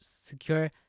secure